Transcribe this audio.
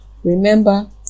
Remember